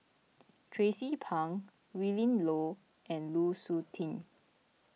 Tracie Pang Willin Low and Lu Suitin